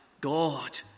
God